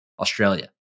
Australia